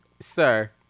Sir